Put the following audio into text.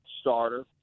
starter